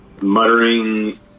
muttering